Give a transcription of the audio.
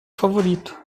favorito